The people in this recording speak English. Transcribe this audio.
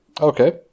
Okay